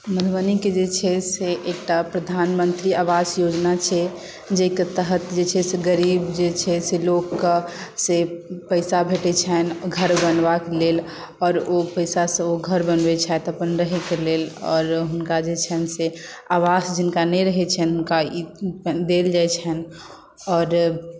मधुबनीके जे छै से एकटा प्रधानमंत्री आवास योजना छै जाहि के तहत जे छै से गरीब जे छै से लोक के से पैसा भेटैत छनि घर बनयबाक लेल आओर ओ पैसासँ ओ घर बनबै छथि अपन रहै के लेल आओर हुनका जे छनि से आवास जिनका नहि रहै छनि हुनका ई देल जाइ छनि आओर